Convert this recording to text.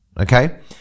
Okay